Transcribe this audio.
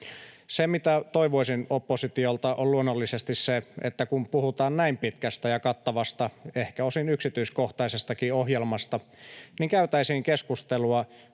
Se, mitä toivoisin oppositiolta, on luonnollisesti se, että kun puhutaan näin pitkästä ja kattavasta, ehkä osin yksityiskohtaisestakin ohjelmasta, niin käytäisiin keskustelua